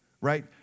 Right